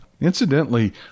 Incidentally